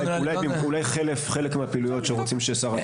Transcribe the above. אולי חלק מהפעילויות שרוצים ששר התרבות יעשה.